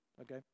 okay